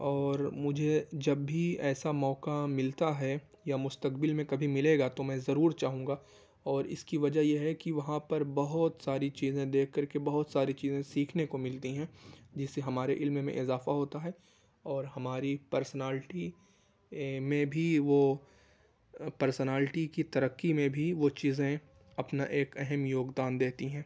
اور مجھے جب بھی ایسا موقع ملتا ہے یا مستقبل میں کبھی ملے گا تو میں ضرور چاہوں گا اور اس کی وجہ یہ ہے کہ وہاں پر بہت ساری چیزیں دیکھ کر کے بہت ساری چیزیں سیکھنے کو ملتی ہیں جس سے ہمارے علم میں اضافہ ہوتا ہے اور ہماری پرسنالٹی میں بھی وہ پرسنالٹی کی ترقی میں بھی وہ چیزیں اپنا ایک اہم یوگدان دیتی ہیں